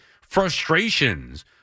frustrations